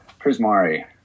Prismari